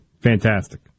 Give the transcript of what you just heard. Fantastic